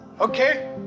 Okay